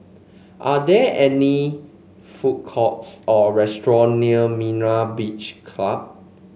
are there any food courts or restaurant near Myra Beach Club